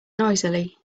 noisily